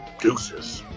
Deuces